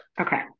Okay